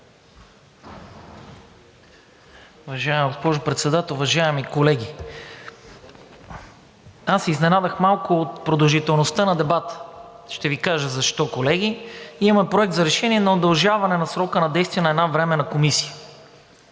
госпожо Председател, уважаеми колеги! Аз се изненадах малко от продължителността на дебата. Ще Ви кажа защо, колеги? Има Проект на решение, но за удължаване на срока на действие на една Временна комисия.